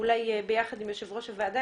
אולי יחד עם יושב ראש הוועדה,